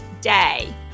day